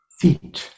feet